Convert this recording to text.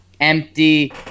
Empty